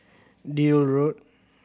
Deal Road